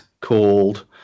called